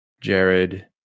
Jared